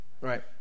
Right